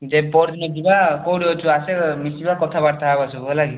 ଯେ ପହରଦିନ ଯିବା କେଉଁଠି ଅଛୁ ଆସେ ମିଶିବା କଥାବାର୍ତ୍ତା ହେବା ସବୁ ହେଲା କି